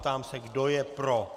Ptám se, kdo je pro.